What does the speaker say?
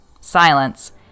silence